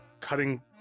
cutting